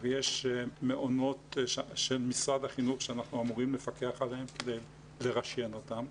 ויש מעונות של משרד החינוך שאנחנו אמורים לפקח עליהם ולרשיין אותם,